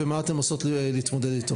ומה אתן עושות כדי להתמודד אתו?